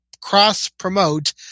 cross-promote